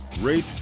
rate